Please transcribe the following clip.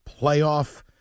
playoff